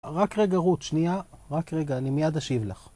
רק רגע רות, שנייה, רק רגע, אני מיד אשיב לך.